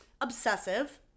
obsessive